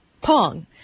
pong